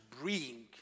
bring